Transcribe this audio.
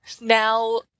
Now